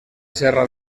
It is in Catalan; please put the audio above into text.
serra